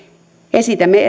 esitämme